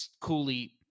coolly